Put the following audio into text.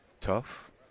tough